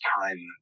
time